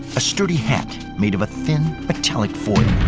a sturdy hat made of a thin, metallic foil.